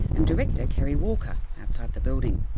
and director, kerry walker, outside the building.